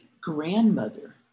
grandmother